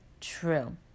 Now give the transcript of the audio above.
true